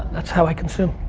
that's how i consume.